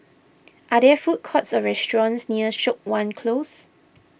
are there food courts or restaurants near Siok Wan Close